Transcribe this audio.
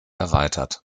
erweitert